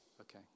Okay